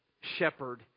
shepherd